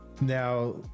Now